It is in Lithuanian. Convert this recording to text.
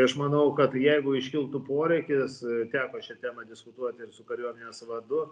aš manau kad jeigu iškiltų poreikis teko šia tema diskutuot ir su kariuomenės vadu